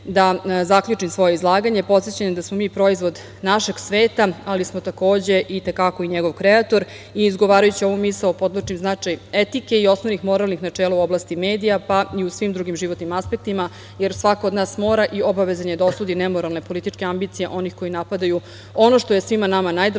da zaključim svoje izlaganje podsećanjem da smo mi proizvod našeg sveta, ali smo takođe i te kako i njegov kreator. Izgovarajući ovu misao podvlačim značaj etike i osnovnih moralnih načela u oblasti medija, pa i u svim drugim životnim aspektima, jer svako od nas mora i obavezan je da osudi nemoralne političke ambicije onih koji napadaju ono što je svima nama najdragocenije,